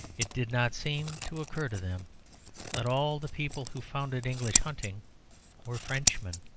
it did not seem to occur to them that all the people who founded english hunting were frenchmen.